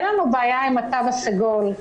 אין לנו בעיה עם התו הסגול,